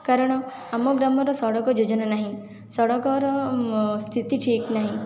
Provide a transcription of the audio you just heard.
କାରଣ ଆମ ଗ୍ରାମର ସଡ଼କ ଯୋଜନା ନାହିଁ ସଡ଼କର ସ୍ଥିତି ଠିକ ନାହିଁ